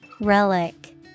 Relic